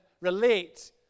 relate